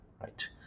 right